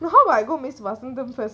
no how about I go miss vasantham first